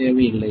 தேவை இல்லை